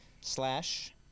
slash